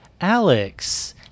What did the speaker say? Alex